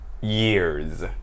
years